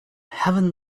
heaven